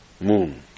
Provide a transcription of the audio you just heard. moon